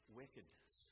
wickedness